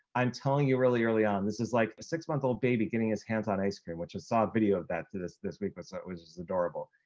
i'm telling you really early on, this is like a six month old baby getting his hands on ice cream, which is saw a video of that this this week. but so it was just adorable.